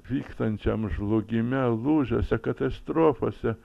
vykstančiam žlugime lūžiuose katastrofose